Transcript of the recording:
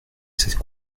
cette